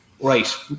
right